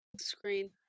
screen